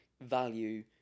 value